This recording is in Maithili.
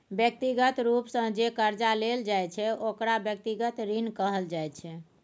व्यक्तिगत रूप सँ जे करजा लेल जाइ छै ओकरा व्यक्तिगत ऋण कहल जाइ छै